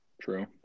True